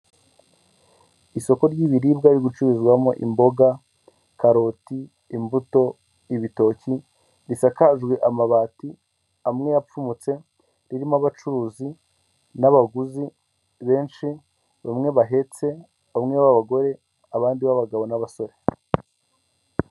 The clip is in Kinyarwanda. Aba ni abantu benshi bari ahantu hamwe higanjemo abagore ndetse n'abagabo, bazamuye ibiganza byabo hejuru bafite amadarapo yanditseho FPR agizwe n'umutuku umweru n'ubururu.